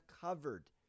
covered